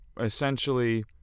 essentially